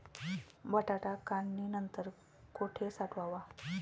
बटाटा काढणी नंतर कुठे साठवावा?